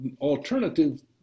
alternative